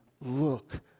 look